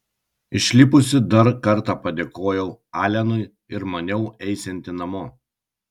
išlipusi dar kartą padėkojau alenui ir maniau eisianti namo